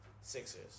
Sixers